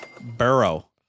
Burrow